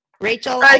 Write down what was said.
Rachel